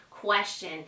question